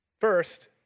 First